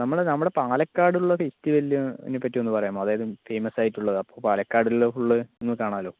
നമ്മൾ നമ്മളുടെ പാലക്കാടുള്ള ഫെസ്റ്റിവലിനെ പറ്റിയൊന്നു പറയാമോ അതായതു ഫേമസ് ആയിട്ടുള്ളത് പാലക്കാടുള്ള ഫുളള് ഒന്നു കാണാലോ